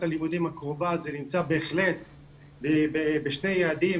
הלימודים הקרובה זה נמצא בהחלט בשני יעדים,